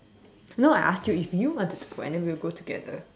no I asked you if you wanted to go and then we will go together